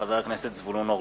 מאת חברת הכנסת ציפי חוטובלי,